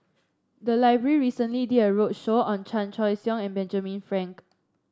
the library recently did a roadshow on Chan Choy Siong and Benjamin Frank